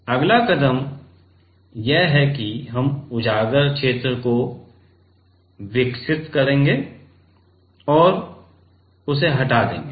अगला कदम यह है कि हम उजागर क्षेत्र को विकसित करेंगे और हटा देंगे